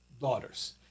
daughters